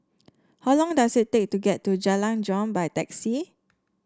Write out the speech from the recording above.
how long does it take to get to Jalan Jong by taxi